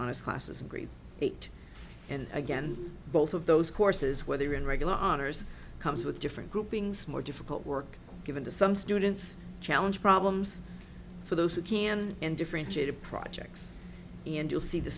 honest classes grade eight and again both of those courses where they were in regular honors comes with different groupings more difficult work given to some students challenge problems for those who can and differentiated projects and you'll see the